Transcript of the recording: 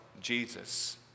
Jesus